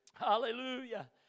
Hallelujah